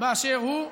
באשר הוא.